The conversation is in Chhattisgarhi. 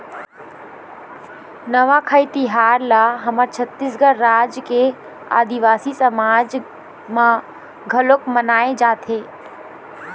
नवाखाई तिहार ल हमर छत्तीसगढ़ राज के आदिवासी समाज म घलोक मनाए जाथे